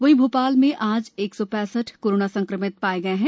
वहीं भोपाल में आज एक सौ पैंसठ कोरोना संक्रमित पाए गए हैं